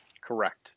Correct